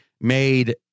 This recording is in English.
made